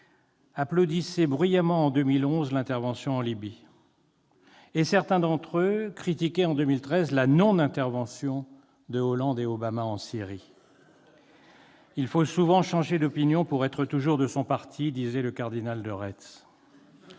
applaudissaient bruyamment en 2011 l'intervention en Libye, et certains d'entre eux critiquaient en 2013 la non-intervention de Hollande et d'Obama en Syrie. Tout à fait !« Il faut souvent changer d'opinion pour être toujours de son parti », disait le cardinal de Retz